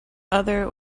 other